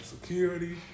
security